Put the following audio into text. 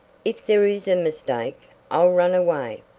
if there is a mistake i'll run away.